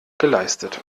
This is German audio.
geleistet